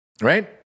Right